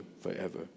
forever